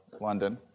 London